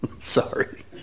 Sorry